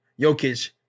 Jokic